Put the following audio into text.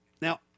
Now